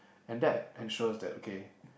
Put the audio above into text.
and that ensures that okay